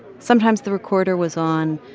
sometimes the recorder was on,